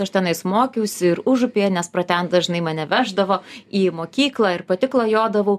aš tenais mokiausi ir užupyje nes pro ten dažnai mane veždavo į mokyklą ir pati klajodavau